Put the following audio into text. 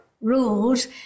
rules